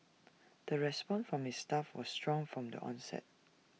the response from its staff was strong from the onset